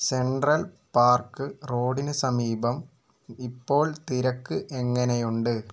central park റോഡിന് സമീപം ഇപ്പോൾ തിരക്ക് എങ്ങനെയുണ്ട്